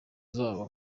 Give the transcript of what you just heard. zabo